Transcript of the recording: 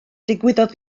digwyddodd